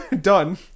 done